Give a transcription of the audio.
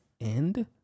end